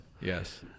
Yes